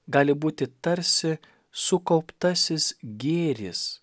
gali būti tarsi sukauptasis gėris